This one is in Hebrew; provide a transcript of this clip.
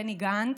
בני גנץ,